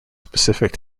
specific